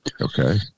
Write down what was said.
Okay